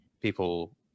people